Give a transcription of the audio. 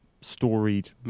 storied